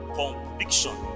conviction